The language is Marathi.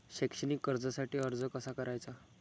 शैक्षणिक कर्जासाठी अर्ज कसा करायचा?